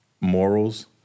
morals